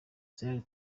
zion